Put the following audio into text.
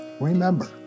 remember